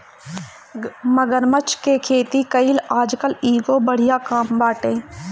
मगरमच्छ के खेती कईल आजकल एगो बढ़िया काम बाटे